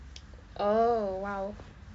oh !wow!